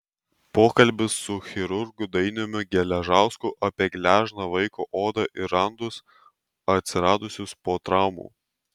pokalbis su chirurgu dainiumi geležausku apie gležną vaiko odą ir randus atsiradusius po traumų